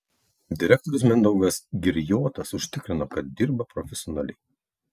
direktorius mindaugas girjotas užtikrino kad dirba profesionaliai